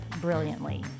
brilliantly